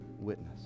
witness